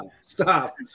stop